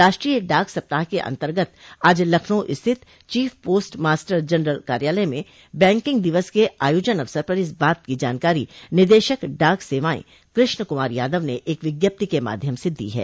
राष्ट्रीय डाक सप्ताह के अन्तर्गत आज लखनऊ स्थित चीफ पोस्ट मास्टर जनरल कार्यालय में बैंकिंग दिवस के आयोजन अवसर पर इस बात को जानकारी निदेशक डाक सेवाएं कृष्ण कुमार यादव ने एक विज्ञप्ति के माध्यम से दी है